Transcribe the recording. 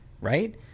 right